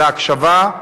להקשבה,